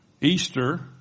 Easter